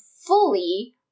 fully